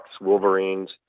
wolverines